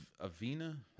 Avena